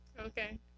Okay